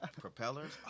propellers